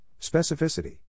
specificity